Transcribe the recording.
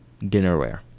dinnerware